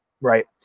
Right